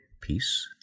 peace